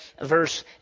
verse